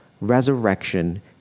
resurrection